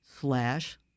slash